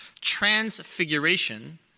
transfiguration